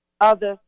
others